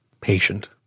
patient